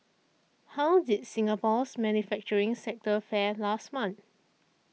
how did Singapore's manufacturing sector fare last month